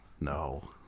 No